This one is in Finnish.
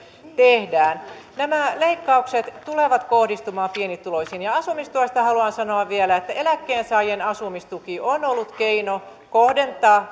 tehdään nämä leikkaukset tulevat kohdistumaan pienituloisiin ja asumistuesta haluan sanoa vielä että eläkkeensaajien asumistuki on ollut keino kohdentaa